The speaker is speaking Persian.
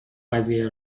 قضیه